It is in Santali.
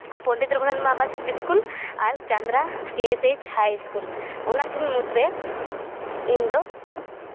ᱯᱚᱱᱰᱤᱛ ᱨᱚᱜᱷᱩᱱᱟᱛᱷ ᱢᱩᱨᱢᱩ ᱟᱵᱟᱥᱤᱠ ᱤᱥᱠᱩᱞ ᱟᱨ ᱪᱟᱸᱫᱽᱲᱟ ᱠᱮ ᱮᱥ ᱮᱭᱤᱪ ᱦᱟᱭ ᱤᱥᱠᱩᱞ ᱚᱱᱟ ᱠᱤᱱ ᱢᱩᱫᱽᱨᱮ ᱤᱧ ᱫᱚ